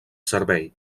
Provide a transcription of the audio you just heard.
servei